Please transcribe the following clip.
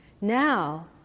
now